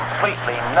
Completely